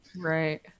Right